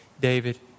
David